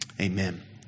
amen